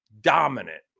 dominant